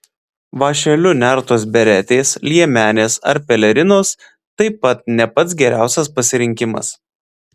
vąšeliu nertos beretės liemenės ar pelerinos taip pat ne pats geriausias pasirinkimas